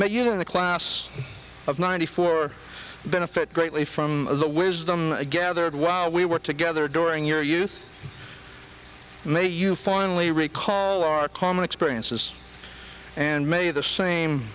of the class of ninety four benefit greatly from the wisdom gathered while we were together during your youth may you finally recall our common experiences and may the same